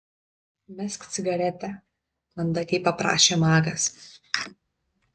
mesk cigaretę mandagiai paprašė magas